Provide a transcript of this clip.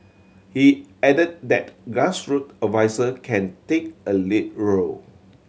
he add that grassroot adviser can take a lead role